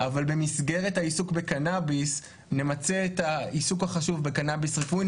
אבל במסגרת העיסוק בקנאביס נמצה את העיסוק החשוב בקנאביס רפואי,